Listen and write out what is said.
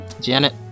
Janet